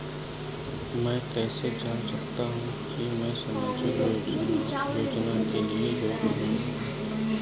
मैं कैसे जान सकता हूँ कि मैं सामाजिक योजना के लिए योग्य हूँ या नहीं?